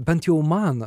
bent jau man